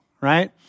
right